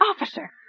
Officer